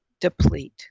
deplete